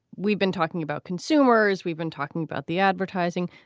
we've been talking about consumers, we've been talking about the advertising.